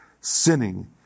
sinning